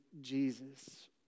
Jesus